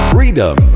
Freedom